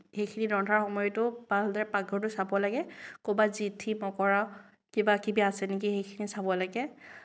সেইখিনি ৰন্ধাৰ সময়তো ভালদৰে পাকঘৰটো চাব লাগে ক'ৰবাত জেঠী মকৰা কিবা কিবি আছে নেকি সেইখিনি চাব লাগে